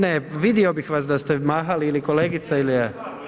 Ne, vidio bih vas da ste mahali ili kolegica ili ja.